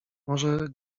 może